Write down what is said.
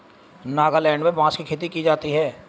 नागालैंड में बांस की खेती की जाती है